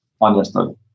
Understood